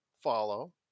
follow